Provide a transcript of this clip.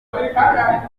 abaturage